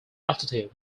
altitude